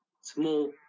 small